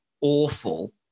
awful